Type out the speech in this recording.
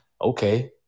okay